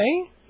okay